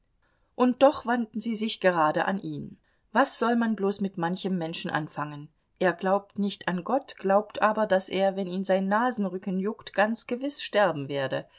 und doch wandten sie sich gerade an ihn was soll man bloß mit manchem menschen anfangen er glaubt nicht an gott glaubt aber daß er wenn ihn sein nasenrücken juckt ganz gewiß sterben werde